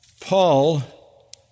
Paul